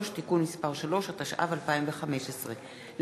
3), התשע"ו 2015,